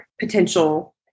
potential